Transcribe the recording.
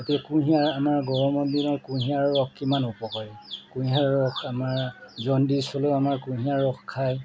গতিকে কুঁহিয়াৰ আমাৰ গৰমৰ দিনৰ কুঁহিয়াৰৰ ৰস কিমান উপকাৰী কুঁহিয়াৰৰ ৰস আমাৰ জণ্ডিছ হ'লেও আমাৰ কুঁহিয়াৰ ৰস খায়